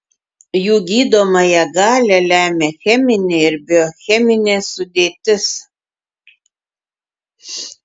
jų gydomąją galią lemia cheminė ir biocheminė sudėtis